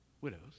widows